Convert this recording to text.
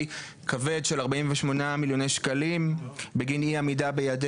כבד של 48,000,000 שקלים בגין אי-עמידה ביעדי